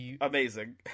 Amazing